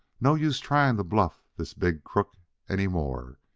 no use trying to bluff this big crook any more.